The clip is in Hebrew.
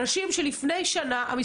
אנשים שלפני שנה היו מתים,